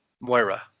Moira